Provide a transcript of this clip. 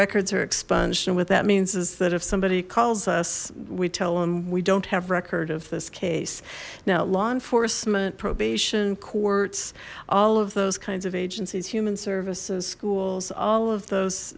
records are expunged and what that means is that if somebody calls us we tell them we don't have record of this case now law enforcement probation courts all of those kinds of agencies human services schools all of those